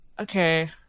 okay